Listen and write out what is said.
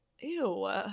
Ew